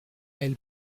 elle